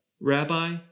Rabbi